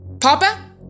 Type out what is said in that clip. Papa